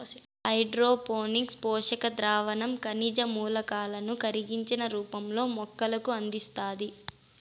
hydroponics పోషక ద్రావణం ఖనిజ మూలకాలను కరిగించిన రూపంలో మొక్కలకు అందిస్తాది